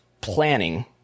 planning